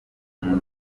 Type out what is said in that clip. hano